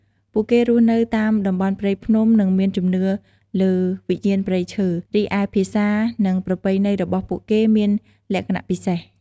ពួកគេរស់នៅតាមតំបន់ព្រៃភ្នំ និងមានជំនឿលើវិញ្ញាណព្រៃឈើ រីឯភាសា និងប្រពៃណីរបស់ពួកគេមានលក្ខណៈពិសេស។